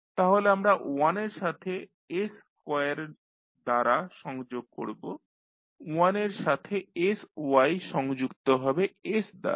তাহলে আমরা 1 এর সাথে s স্কোয়ার দ্বারা সংযোগ করবো 1 এর সাথে sy সংযুক্ত হবে s দ্বারা